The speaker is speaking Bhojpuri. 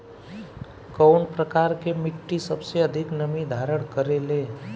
कउन प्रकार के मिट्टी सबसे अधिक नमी धारण करे ले?